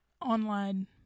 online